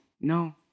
no